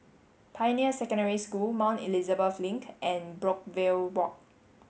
Pioneer Secondary School Mount Elizabeth Link and Brookvale Walk